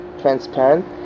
transparent